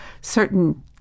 certain